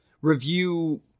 review